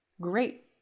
great